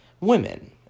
women